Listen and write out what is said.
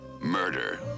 Murder